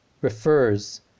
refers